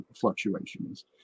fluctuations